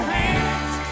hands